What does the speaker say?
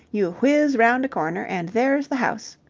you whizz round a corner, and there's the house.